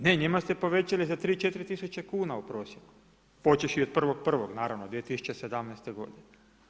Ne njima ste povećali za 3, 4 tisuće kuna u prosjeku, počevši od 1.1. naravno 2017. godine.